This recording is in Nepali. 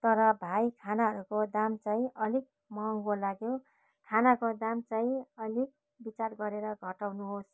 तर भाइ खानाहरूको दाम चाहिँ अलिक महँगो लाग्यो खानाको दाम चाहिँ अलिक विचार गरेर घटाउनुहोस्